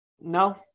No